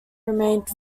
remained